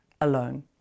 alone